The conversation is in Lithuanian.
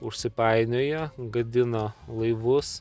užsipainioja gadina laivus